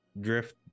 drift